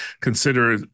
consider